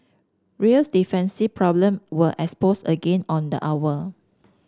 real's defensive problem were exposed again on the hour